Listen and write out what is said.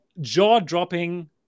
jaw-dropping